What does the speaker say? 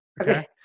Okay